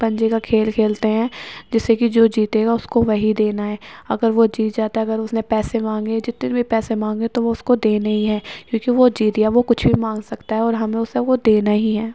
پنجے کا کھیل کھیلتے ہیں جس سے کہ جو جیتے گا اس کو وہی دینا ہے اگر وہ جیت جاتا ہے دینے ہی ہیں کیونکہ وہ جیت گیا وہ کچھ بھی مانگ سکتا ہے اور ہمیں اسے وہ دینا ہی ہے